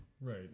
Right